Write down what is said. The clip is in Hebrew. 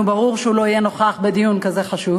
נו, ברור שהוא לא יהיה נוכח בדיון כזה חשוב,